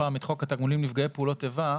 פעם את חוק התגמולים לנפגעי פעולות איבה,